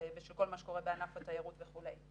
בשל כל מה שקורה בענף התיירות וכולי.